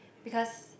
because